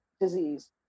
disease